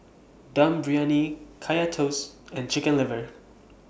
Dum Briyani Kaya Toast and Chicken Liver